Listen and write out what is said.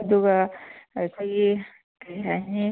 ꯑꯗꯨꯒ ꯑꯩꯈꯣꯏꯒꯤ ꯀꯔꯤ ꯍꯥꯏꯅꯤ